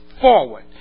forward